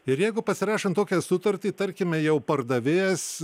ir jeigu pasirašant tokią sutartį tarkime jau pardavėjas